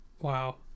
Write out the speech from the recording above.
Wow